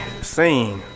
scene